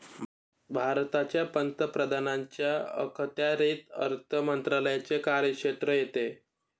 भारताच्या पंतप्रधानांच्या अखत्यारीत अर्थ मंत्रालयाचे कार्यक्षेत्र येते